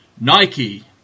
Nike